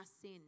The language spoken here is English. sin